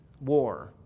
War